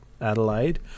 Adelaide